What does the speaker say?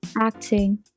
acting